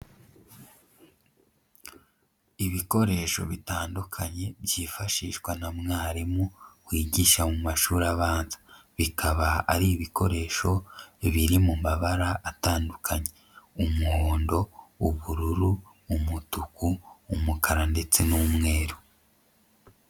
Ibikoresho bitandukanye byifashishwa na mwarimu wigisha mu mashuri abanza, bikaba ari ibikoresho biri mu mabara atandukanye, umuhondo, ubururu, umutuku, umukara ndetse n'umweru.